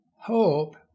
hope